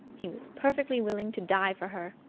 he was perfectly willing to die for her.